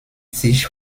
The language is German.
sich